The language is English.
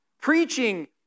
preaching